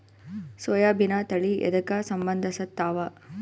ಸೋಯಾಬಿನ ತಳಿ ಎದಕ ಸಂಭಂದಸತ್ತಾವ?